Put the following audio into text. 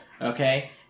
Okay